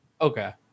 Okay